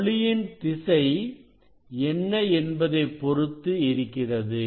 ஒளியின் திசை என்ன என்பதைப் பொறுத்து இருக்கிறது